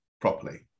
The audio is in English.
properly